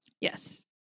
Yes